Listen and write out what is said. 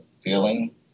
feeling